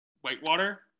Whitewater